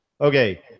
Okay